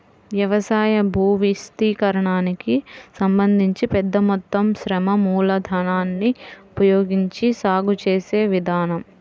వ్యవసాయ భూవిస్తీర్ణానికి సంబంధించి పెద్ద మొత్తం శ్రమ మూలధనాన్ని ఉపయోగించి సాగు చేసే విధానం